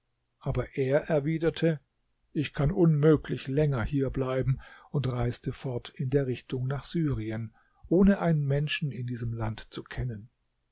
aber er erwiderte ich kann unmöglich länger hier bleiben und reiste fort in der richtung nach syrien ohne einen menschen in diesem land zu kennen